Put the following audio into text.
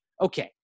Okay